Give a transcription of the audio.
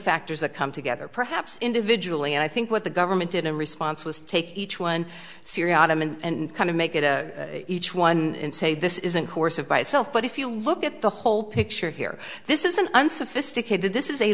factors that come together perhaps individually and i think what the government did in response was take each one siriano and kind of make it a each one and say this isn't course of by itself but if you look at the whole picture here this is an unsophisticated this is a